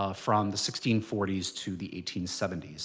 ah from the sixteen forty s to the eighteen seventy s.